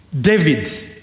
David